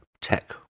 tech